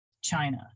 China